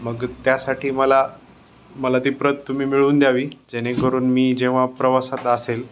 मग त्यासाठी मला मला ती प्रत तुम्ही मिळून द्यावी जेणेकरून मी जेव्हा प्रवासात असेल